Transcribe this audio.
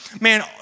Man